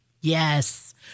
Yes